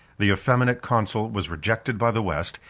the effeminate consul was rejected by the west,